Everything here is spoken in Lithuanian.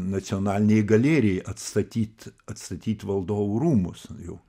nacionalinei galerijai atstatyt atstatyti valdovų rūmus jų